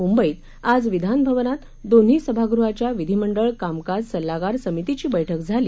मुंबईत आज विधानभवनात दोन्ही सभागृहाच्या विधिमंडळ कामकाज सल्लागार समितीची बैठक झाली